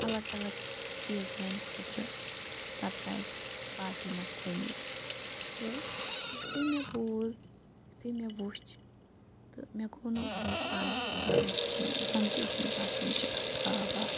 الگ الگ چیٖز میانہٕ خٲطرٕ سَرپرٛایِز پارٹی منٛز تھٲیمٕتۍ تہٕ یُتھُے مےٚ بوٗز یُتھُے مےٚ وُچھ تہٕ مےٚ گوٚو نہٕ پَننِس پانَس پٮ۪ٹھ بَروسہ کینٛہہ زَن تہِ اوس مےٚ باسان یہِ چھُ اَکھ خواب اَکھ